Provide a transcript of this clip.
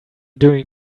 doing